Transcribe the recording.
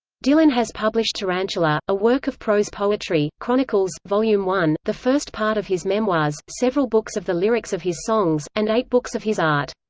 dylan has published tarantula, a work of prose poetry chronicles volume one, the first part of his memoirs several books of the lyrics of his songs, and eight books of his art.